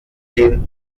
den